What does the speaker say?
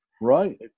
Right